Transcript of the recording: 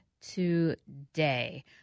today